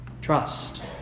Trust